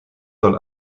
soll